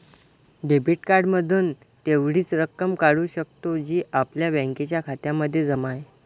debit card मधून तेवढीच रक्कम काढू शकतो, जी आपल्या बँकेच्या खात्यामध्ये जमा आहे